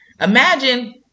Imagine